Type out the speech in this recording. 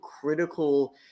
critical